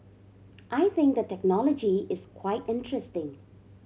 I think the technology is quite interesting